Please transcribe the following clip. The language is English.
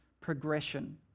progression